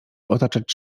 otaczać